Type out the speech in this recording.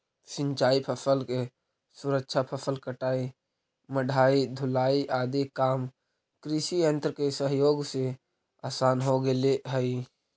सिंचाई फसल के सुरक्षा, फसल कटाई, मढ़ाई, ढुलाई आदि काम कृषियन्त्र के सहयोग से आसान हो गेले हई